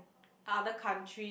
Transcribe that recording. other country